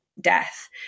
death